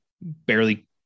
barely